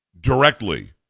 directly